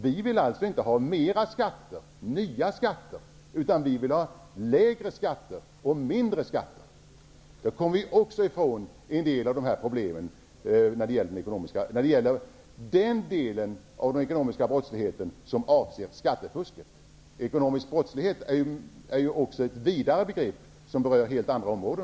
Vi vill alltså inte ha mera och nya skatter, utan vi vill ha lägre och mindre skatter. Därigenom kommer vi också ifrån en del av problemen när det gäller den delen av den ekonomiska brottsligheten som avser skattefusket. Ekonomisk brottslighet är ju ett vidare begrepp som också berör helt andra områden.